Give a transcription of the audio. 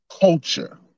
culture